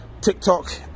tiktok